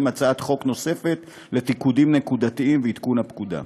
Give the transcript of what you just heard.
הצעת חוק נוספת לתיקונים נקודתיים ולעדכון הפקודה.